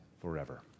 forever